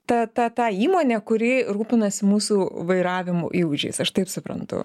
ta ta ta įmonė kuri rūpinasi mūsų vairavimo įgūdžiais aš taip suprantu